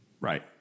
Right